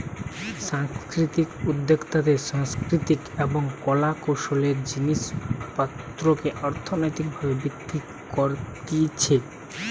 সাংস্কৃতিক উদ্যোক্তাতে সাংস্কৃতিক এবং কলা কৌশলের জিনিস পত্রকে অর্থনৈতিক ভাবে বিক্রি করতিছে